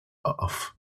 off